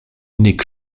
nick